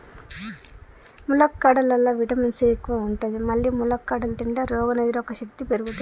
ములక్కాడలల్లా vitamin C ఎక్కువ ఉంటది మల్లి ములక్కాడలు తింటే రోగనిరోధక శక్తి పెరుగుతది